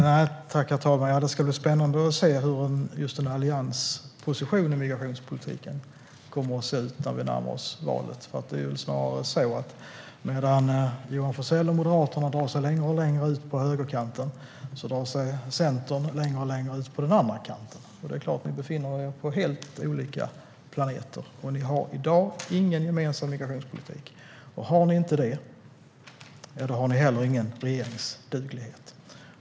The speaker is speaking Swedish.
Herr talman! Det ska bli spännande att se hur en alliansposition i migrationspolitiken kommer att se ut när vi närmar oss valet. Medan Johan Forssell och Moderaterna drar sig längre och längre ut på högerkanten drar sig Centern längre och längre ut på den andra kanten. Ni befinner er på helt olika planeter, och ni har i dag ingen gemensam migrationspolitik. Och har ni inte det har ni heller ingen regeringsduglighet.